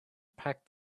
packed